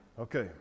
okay